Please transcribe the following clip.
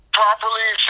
properly